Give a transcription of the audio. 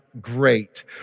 great